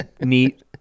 neat